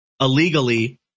illegally